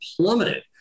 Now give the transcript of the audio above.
plummeted